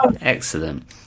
excellent